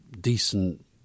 decent